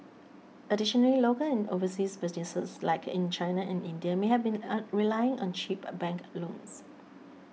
additionally local and overseas businesses like in China and India may have been on relying on cheap bank loans